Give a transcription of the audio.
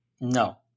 No